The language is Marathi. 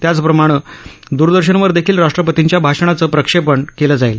त्याचप्रमाणे द्रदर्शवर देखील राष्ट्रपतींच्या भाषणाचं प्रक्षेपण केलं जाईल